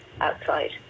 outside